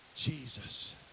Jesus